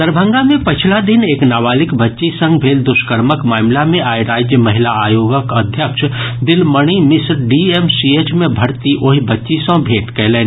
दरभंगा मे पछिला दिन एक नाबालिग बच्ची संग भेल दुष्कर्मक मामिला मे आइ राज्य महिला आयोगक अध्यक्ष दीलमणि मिश्र डीएमसीएच मे भर्ती ओहि बच्ची सँ भेट कयलनि